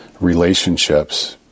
relationships